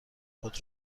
خود